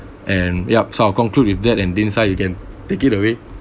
and yup so I'll conclude with that and dinsai you can take it away